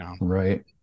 Right